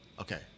Okay